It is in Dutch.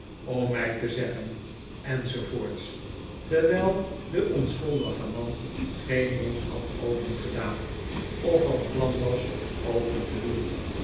om my te zeggen enz terwyl de onschuldige man geen mond had opengedaan of van plan was open te doen